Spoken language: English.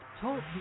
Talk